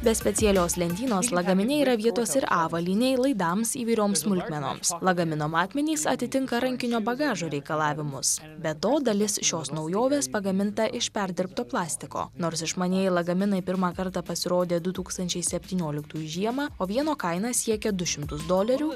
be specialios lentynos lagamine yra vietos ir avalynei laidams įvairioms smulkmenoms lagamino matmenys atitinka rankinio bagažo reikalavimus be to dalis šios naujovės pagaminta iš perdirbto plastiko nors išmanieji lagaminai pirmą kartą pasirodė du tūkstančiai septynioliktųjų žiemą o vieno kaina siekė du šimtus dolerių